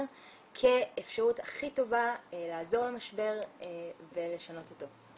כאפשרות הכי טובה לעזור למשבר ולשנות אותו.